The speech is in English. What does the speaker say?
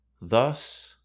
Thus